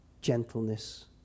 gentleness